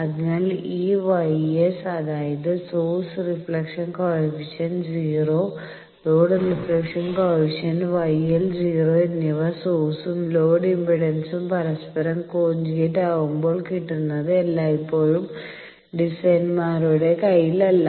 അതിനാൽ ഈ γ S അതായത് source reflection coefficient 0 load reflection coefficient γ L 0 എന്നിവ സോഴ്സും ലോഡ് ഇംപെഡൻസും പരസ്പരം കോഞ്ചുഗേറ്റ് ആവുമ്പോൾ കിട്ടുന്നത് എല്ലായ്പ്പോഴും ഡിസൈനർമാരുടെ കൈയിലല്ല